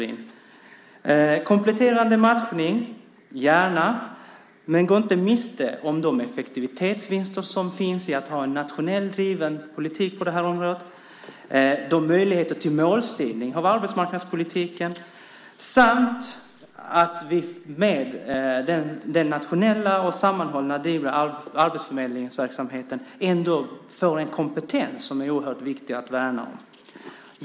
Jag ser gärna kompletterande matchning. Men gå inte miste om de effektivitetsvinster som finns i att ha en nationellt driven politik på det här området! Det gäller möjligheter till målstyrning av arbetsmarknadspolitiken samt att vi med den nationella och sammanhållna arbetsförmedlingsverksamheten ändå får en kompetens som det är oerhört viktig att värna om.